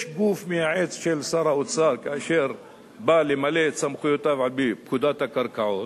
יש גוף מייעץ של שר האוצר שבא למלא את סמכויותיו על-פי פקודת הקרקעות.